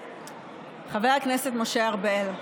חבר הכנסת משה ארבל.